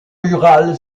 rural